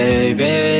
Baby